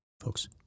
folks